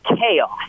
Chaos